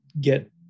get